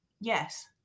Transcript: Yes